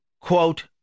quote